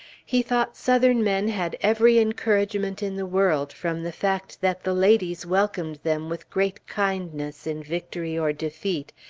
he thought southern men had every encouragement in the world, from the fact that the ladies welcomed them with great kindness in victory or defeat,